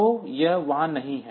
तो यह वहाँ नहीं है